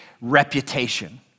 reputation